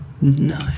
No